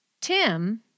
Tim